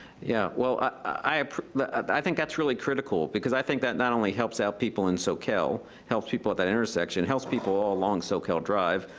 yeah, well, i but i think that's really critical, because i think that not only helps out people in soquel, helps people at that intersection, helps people along soquel drive,